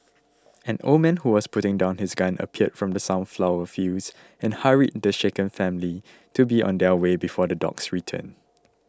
an old man who was putting down his gun appeared from the sunflower fields and hurried the shaken family to be on their way before the dogs return